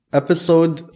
episode